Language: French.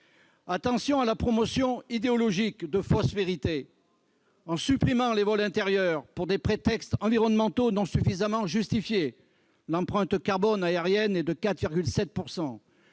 Attention à la promotion idéologique de fausses vérités ! Quelle confusion ! En supprimant les vols intérieurs pour des prétextes environnementaux insuffisamment justifiés- l'empreinte carbone de l'aérien est de 4,7